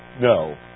No